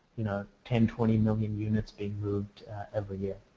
you know, ten, twenty million units being moved every year.